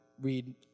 read